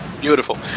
Beautiful